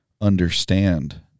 understand